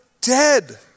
dead